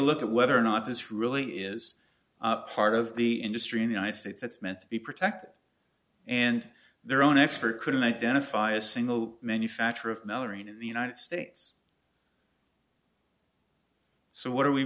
look at whether or not this really is part of the industry in the united states that's meant to be protected and their own expert couldn't identify a single manufacturer of melamine in the united states so what are we